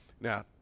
Now